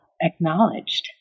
acknowledged